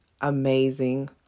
amazing